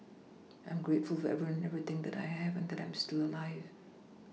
I am grateful for everyone and everything that I have and that I am still alive